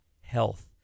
health